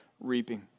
reaping